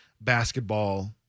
basketball